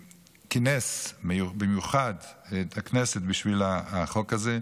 שכינס במיוחד את הכנסת בשביל החוק הזה,